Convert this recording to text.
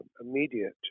immediate